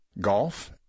Golf